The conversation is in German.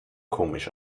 komisch